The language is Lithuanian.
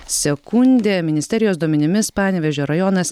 sekundę ministerijos duomenimis panevėžio rajonas